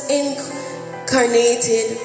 incarnated